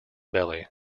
belly